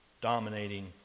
dominating